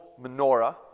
menorah